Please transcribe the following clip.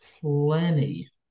plenty